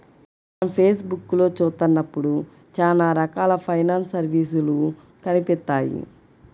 మనం ఫేస్ బుక్కులో చూత్తన్నప్పుడు చానా రకాల ఫైనాన్స్ సర్వీసులు కనిపిత్తాయి